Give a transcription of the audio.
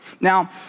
Now